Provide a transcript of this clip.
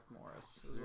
Morris